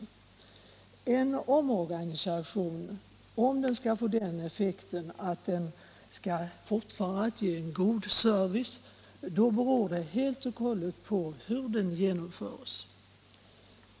Om en omorganisation skall få effekten att fortfarande ge en god service beror helt och hållet på hur den genomförs.